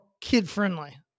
kid-friendly